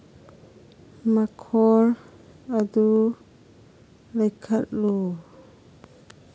ꯃꯈꯣꯜ ꯑꯗꯨ ꯂꯩꯈꯠꯂꯨ